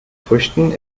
früchten